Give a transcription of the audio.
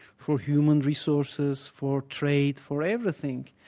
for human resources, for trade, for everything.